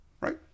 right